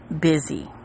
busy